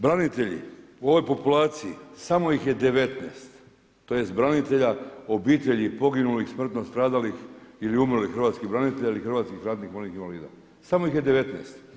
Branitelji u ovoj populaciji samo ih je 19, tj. branitelja, obitelji poginulih, smrtno stradalih ili umrlih hrvatskih branitelja ili hrvatskih ratnih vojnih invalida, samo ih je 19.